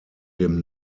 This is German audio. dem